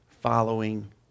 following